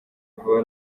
vuba